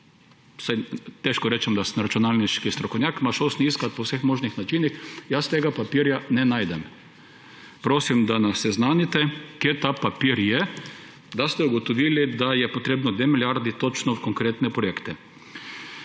Težko rečem, da sem računalniški strokovnjak, šel sem iskat po vseh možnih načinih, jaz tega papirja ne najdem. Prosim, da nas seznanite, kje ta papir je, da ste ugotovili, da je treba 2 milijardi točno v konkretne projekte.